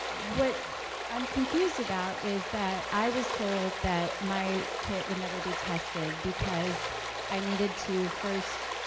what i'm confused about, is that i was told that my kit would never be tested, because i needed to first